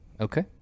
okay